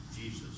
Jesus